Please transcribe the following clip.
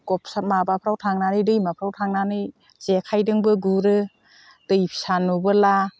गबसा माबाफ्राव थांनानै दैमाफ्राव थांनानै जेखाइजोंबो गुरो दै फिसा नुब्ला